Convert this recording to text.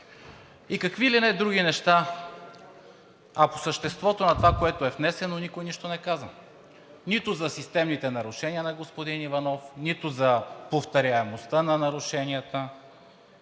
И какви ли не други неща. А по съществото на това, което е внесено, никой нищо не казва – нито за системните нарушения на господин Иванов, нито за повторяемостта на нарушенията.